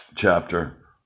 Chapter